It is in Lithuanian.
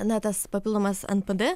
na tas papildomas npd